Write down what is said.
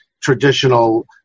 traditional